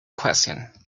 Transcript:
question